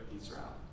Israel